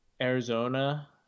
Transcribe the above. Arizona